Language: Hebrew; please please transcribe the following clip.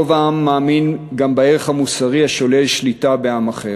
רוב העם מאמין גם בערך המוסרי השולל שליטה בעם אחר.